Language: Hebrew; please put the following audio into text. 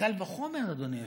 אדוני היושב-ראש,